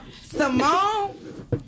Simone